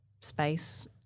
space